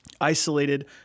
isolated